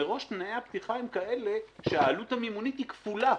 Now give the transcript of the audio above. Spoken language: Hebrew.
מראש תנאי הפתיחה הם כאלה שהעלות המימונית היא כפולה,